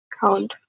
Count